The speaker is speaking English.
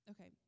okay